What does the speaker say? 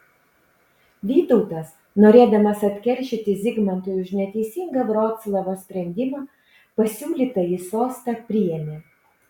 vytautas norėdamas atkeršyti zigmantui už neteisingą vroclavo sprendimą pasiūlytąjį sostą priėmė